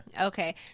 Okay